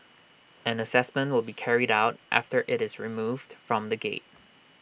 an Assessment will be carried out after IT is removed from the gate